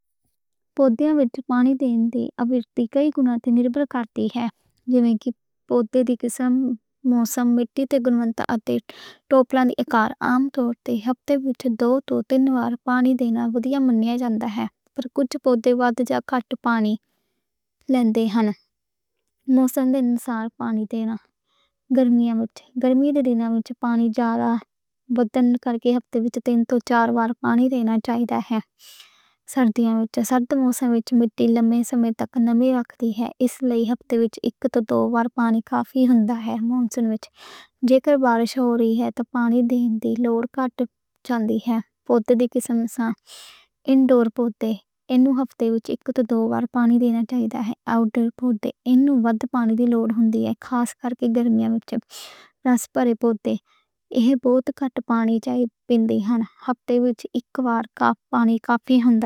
پودے نوں پانی دینے دی اوسط کئی گݨاں تے نربھر کردی ہے۔ جیوں پودے دی قسم، موسم، مٹّی تے حالت۔ عام طور تے ہفتے وچ دو توں تین وار پانی دینا مناسب سمجھیا جاندا ہے۔ پر کجھ پودے وادھ پانی لیندے ہن۔ موسم دے نال پانی دی لوڑ بدل دی ہے۔ گرمیاں وچ ہفتے وچ تین توں چار وار پانی دینا چاہیدا ہے۔ سردیاں وچ سرد موسم نال مٹّی لمّے سمے تک نمی رکھدی ہے، اس لئی ہفتے وچ ایک توں دو وار پانی کافی ہوندا ہے۔ جے بارش ہو رہی ہے تے پانی دینے دی لوڑ کٹ جاندی ہے۔ گھر اندر پودیاں نوں ہفتے وچ ایک توں دو وار پانی دینا چاہیدا ہے۔ تے کجھ پودیاں نوں وادھ پانی وی لوڑ ہوندی ہے۔ خاص کرکے گرمیاں وچ پلاسٹک والے پوٹے لئی کٹ پانی چاہیدا پیںدا ہے۔ اِتھے وچ اک وار پانی کافی ہوندا ہے۔